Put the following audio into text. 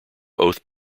oath